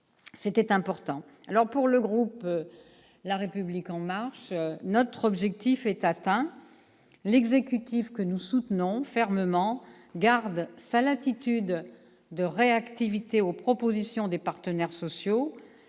était important. Pour le groupe La République en marche, notre objectif est atteint. L'exécutif, que nous soutenons fermement, garde sa latitude de réactivité aux propositions des partenaires sociaux